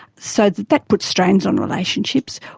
so that that puts strains on relationships.